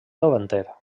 davanter